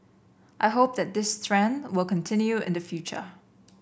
I hope that this trend will continue in the future